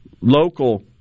local